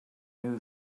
new